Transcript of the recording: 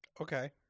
Okay